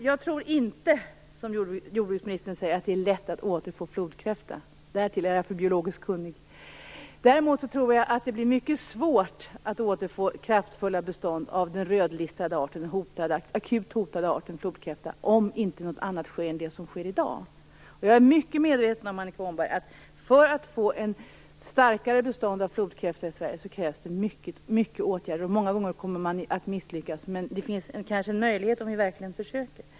Jag tror inte, som jordbruksministern säger, att det är lätt att återfå flodkräfta. Därtill är jag för biologiskt kunnig. Däremot tror jag att det blir mycket svårt att återfå kraftfulla bestånd av den rödlistade, akut hotade arten flodkräfta om inte något annat sker än det som sker i dag. Jag är mycket medveten om, Annika Åhnberg, att det för att få ett starkare bestånd av flodkräfta i Sverige krävs omfattande åtgärder. Många gånger kommer man att misslyckas, men det finns kanske en möjlighet om vi verkligen försöker.